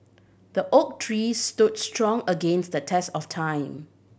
the oak tree stood strong against the test of time